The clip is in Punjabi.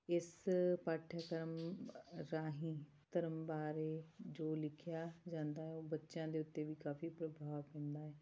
ਇਸ ਪਾਠਕ੍ਰਮ ਰਾਹੀਂ ਧਰਮ ਬਾਰੇ ਜੋ ਲਿਖਿਆ ਜਾਂਦਾ ਉਹ ਬੱਚਿਆਂ ਦੇ ਉੱਤੇ ਵੀ ਕਾਫੀ ਪ੍ਰਭਾਵ ਪੈਂਦਾ